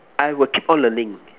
I will keep on learning